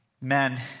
men